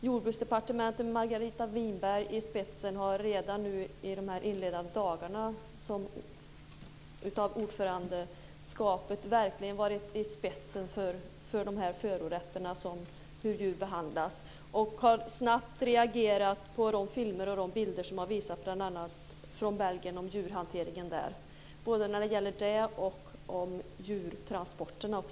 Jordbruksdepartementet med Margareta Winberg i spetsen har redan under de inledande dagarna av ordförandeskapet verkligen gått i spetsen när det gäller förorätterna i fråga om behandlingen av djur och har snabbt reagerat mot de filmer och de bilder som har visats från bl.a. Belgien om djurhanteringen där och mot djurtransporterna.